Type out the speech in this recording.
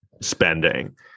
Spending